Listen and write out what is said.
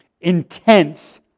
intense